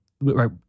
right